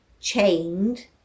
Chained